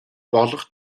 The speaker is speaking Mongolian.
болох